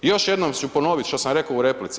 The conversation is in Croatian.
Još jednom ću ponovit što sam rekao u replici.